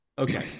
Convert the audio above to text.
okay